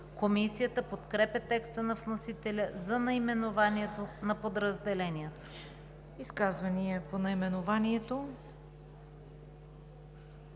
Комисията подкрепя текста на вносителя за наименованието на подразделението.